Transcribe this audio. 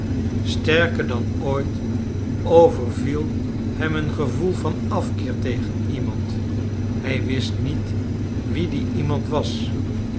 sterker dan ooit overviel hem een gevoel van afkeer tegen iemand hij wist niet wie die iemand was